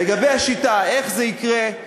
לגבי השיטה, איך זה יקרה,